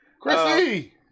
Chrissy